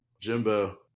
Jimbo